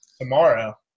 tomorrow